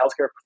healthcare